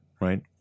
right